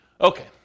Okay